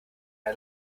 ein